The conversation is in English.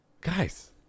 Guys